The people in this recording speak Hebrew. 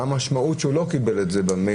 מה המשמעות אם לא קיבל את זה במייל?